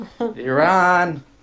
Iran